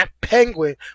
penguin